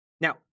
Now